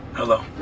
hello?